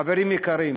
חברים יקרים,